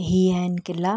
ही आहिनि किला